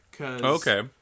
Okay